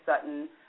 Sutton